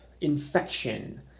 infection